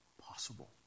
possible